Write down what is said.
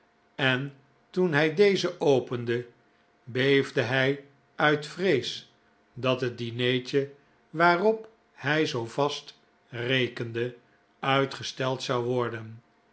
en toen hij dezen opende beefde hij uit vrees dat het dinertje waarop hij zoo vast rekende uitgesteld zou worden